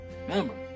Remember